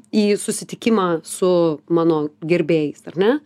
į susitikimą su mano gerbėjais ar ne